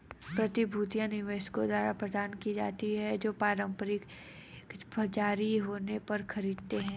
प्रतिभूतियां निवेशकों द्वारा प्रदान की जाती हैं जो प्रारंभिक जारी होने पर खरीदते हैं